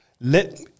let